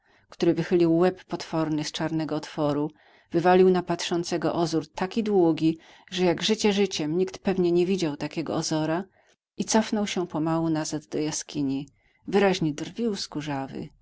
wychylił łeb potworny z czarnego otworu wywalił na patrzącego ozór taki długi że jak życie życiem nikt pewnie nie widział takiego ozora i cofnął się pomału nazad do jaskini wyraźnie